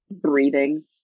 breathing